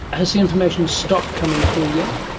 has the information stopped coming through yet?